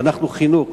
ואנחנו חינוך.